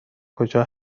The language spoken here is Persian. کجا